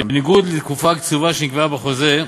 בניגוד לתקופה הקצובה שנקבעה בחוזה,